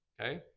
Okay